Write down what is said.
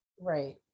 Right